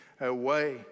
away